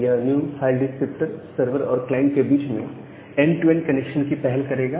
यह new file descriptor server और client के बीच में एंड टू एंड कनेक्शन की पहल करेगा